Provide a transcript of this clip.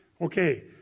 Okay